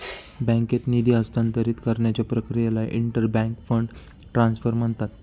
बँकेत निधी हस्तांतरित करण्याच्या प्रक्रियेला इंटर बँक फंड ट्रान्सफर म्हणतात